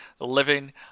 living